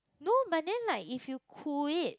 no but then like if you cool it